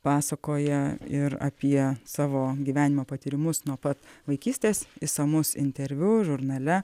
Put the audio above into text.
pasakoja ir apie savo gyvenimo patyrimus nuo pat vaikystės išsamus interviu žurnale